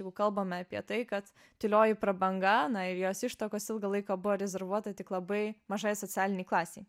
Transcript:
jeigu kalbame apie tai kad tylioji prabanga ir jos ištakos ilgą laiką buvo rezervuota tik labai mažai socialinei klasei